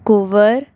Kunwar